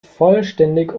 vollständig